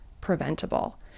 preventable